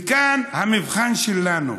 וכאן המבחן שלנו,